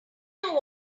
know